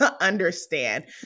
understand